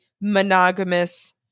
monogamous